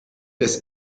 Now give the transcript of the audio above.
des